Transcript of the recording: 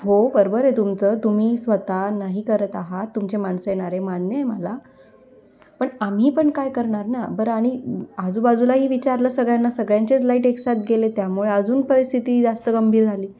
हो बरोबर आहे तुमचं तुम्ही स्वत नाही करत आहात तुमचे माणसं येणार आहे मान्य आहे मला पण आम्ही पण काय करणार ना बरं आणि आजूबाजूलाही विचारलं सगळ्यांना सगळ्यांचेच लाईट एकसाथ गेले आहेत त्यामुळे अजून परिस्थिती जास्त गंभीर झाली